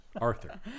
Arthur